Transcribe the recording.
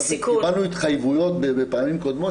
אנחנו קיבלנו התחייבויות מפעמים קודמות